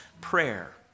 prayer